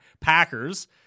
Packers